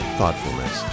thoughtfulness